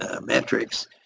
metrics